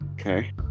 okay